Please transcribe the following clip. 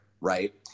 right